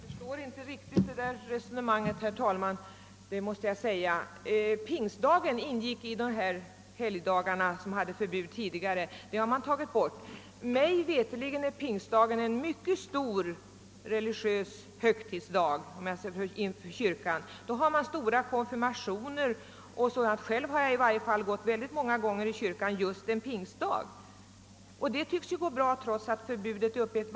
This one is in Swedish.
Herr talman! Jag förstår inte riktigt det föregående resonemanget. Pingstdagen var tidigare med bland de helgdagar då förbud mot nöjesarrangemang rådde. Men förbudet på pingstdagen har man tagit bort, trots att denna dag är såvitt jag vet en mycket stor religiös högtidsdag, då det även ofta förekommer konfirmation. Själv har jag för övrigt många gånger besökt kyrkan just en pingstdag. Det tycks alltså gå bra att högtidlighålla pingstdagen trots att förbudet blev upphävt.